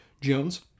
Jones